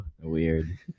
weird